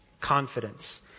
Confidence